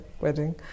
wedding